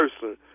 person